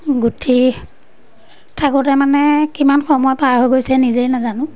গুঠি থাকোঁতে মানে কিমান সময় পাৰ হৈ গৈছে নিজেই নাজানো